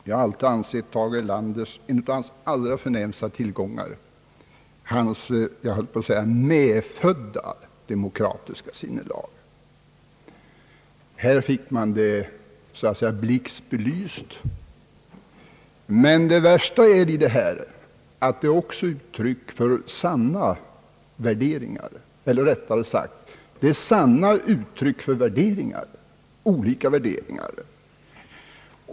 Jag har alltid ansett en av min partivän Tage Erlanders förnämsta tillgångar vara hans medfödda demokratiska sinnelag. I denna debatt fick vi detta så att säga blixtbelyst. Det beklagliga är att vi samtidigt fick fram sanna uttryck för olika värderingar.